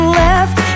left